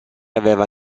aveva